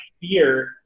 fear